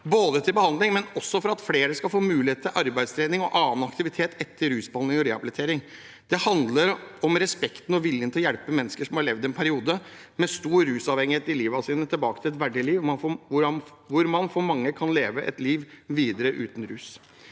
gjelder behandlingen, og også for at flere skal få mulighet til arbeidstrening og annen aktivitet etter rusbehandling og rehabilitering. Det handler om respekt for og viljen til å hjelpe mennesker som har levd en periode av livet sitt med stor rusavhengighet, tilbake til et verdig liv, hvor mange kan leve et liv videre uten rus.